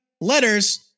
Letters